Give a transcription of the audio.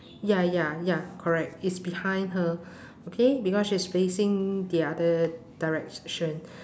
ya ya ya correct it's behind her okay because she is facing the other direction